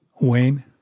Wayne